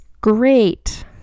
great